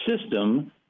system